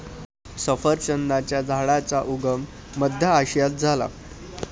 सफरचंदाच्या झाडाचा उगम मध्य आशियात झाला